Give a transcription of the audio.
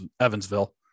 Evansville